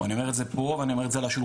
ואני אומר את זה פה ואני אומר את זה לשולחן.